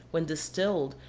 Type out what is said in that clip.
when distilled,